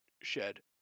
shed